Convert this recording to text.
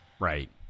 Right